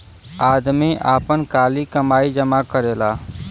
आदमी आपन काली कमाई जमा करेला